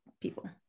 people